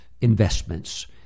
investments